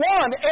one